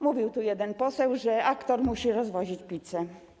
Mówił tu jeden poseł, że aktor musi rozwozić pizzę.